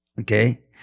okay